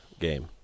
game